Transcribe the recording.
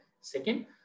Second